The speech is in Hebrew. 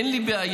אין לי בעיה,